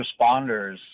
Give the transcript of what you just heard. responders